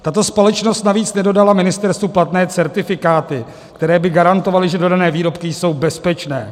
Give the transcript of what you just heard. Tato společnost navíc nedodala ministerstvu platné certifikáty, které by garantovaly, že dodané výrobky jsou bezpečné.